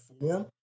form